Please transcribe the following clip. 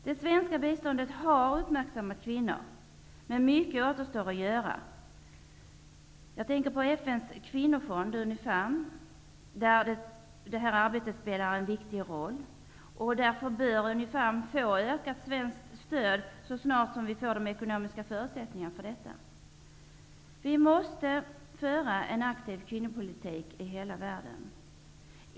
Det svenska biståndet har uppmärksammat kvinnor, men mycket återstår att göra. Jag tänker på FN:s kvinnofond, Unifem, där det här arbetet spelar en viktig roll. Därför bör Unifem få ökat svenskt stöd så snart vi får ekonomiska förutsättningar för detta. Vi måste föra en aktiv kvinnopolitik i hela världen.